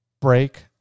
break